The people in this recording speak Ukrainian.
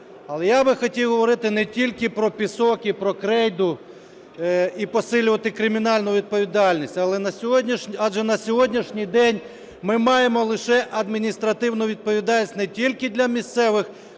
Але я би хотів говорити не тільки про пісок і про крейду, і посилювати кримінальну відповідальність, адже на сьогоднішній день ми маємо лише адміністративну відповідальність не тільки для місцевих